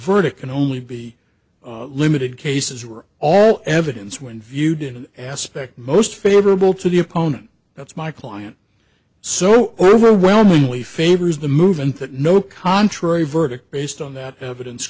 verdict and only be limited cases were all evidence when viewed in an aspect most favorable to the opponent that's my client so overwhelmingly favors the movement that no contrary verdict based on that evidence